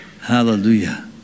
Hallelujah